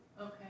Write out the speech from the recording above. Okay